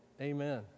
amen